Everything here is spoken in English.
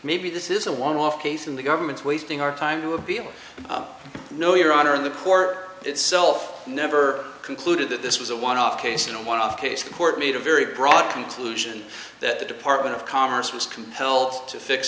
maybe this is a one off case in the government's wasting our time to appeal no your honor in the core itself never concluded that this was a one off case and one off case the court made a very broad conclusion that the department of commerce was compelled to fix